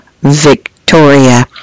Victoria